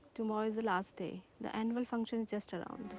tomorrow is the last day. the annual function is just around.